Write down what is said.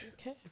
okay